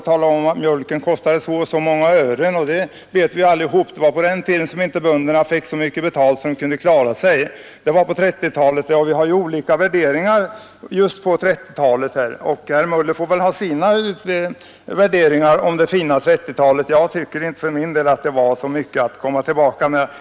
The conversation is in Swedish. Han talade om vad mjölken kostade, och det vet vi alla. Det var på den tid då bönderna inte fick så mycket betalt att de kunde klara sig. Vi har olika värderingar av 1930-talet, och herr Möller får väl ha sina värderingar om det fina 1930-talet. För min del tycker jag inte att det var så mycket att längta tillbaka till.